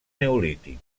neolític